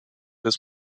des